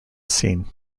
scene